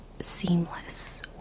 seamless